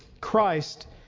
Christ